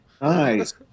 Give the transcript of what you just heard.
Nice